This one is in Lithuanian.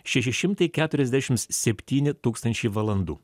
šeši šimtai keturiasdešims septyni tūkstančiai valandų